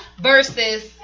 versus